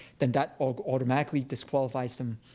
then that automatically disqualifies them.